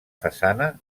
façana